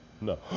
No